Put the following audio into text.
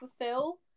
fulfill